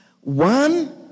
one